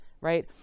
right